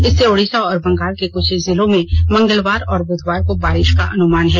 इससे ओडिषा और बंगाल के क्छ जिलों में मंगलवार और बुधवार को बारिष का अनुमान है